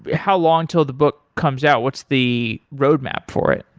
how long until the book comes out? what's the roadmap for it?